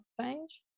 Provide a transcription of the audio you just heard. change